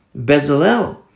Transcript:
bezalel